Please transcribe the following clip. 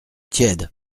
tiède